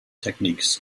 techniques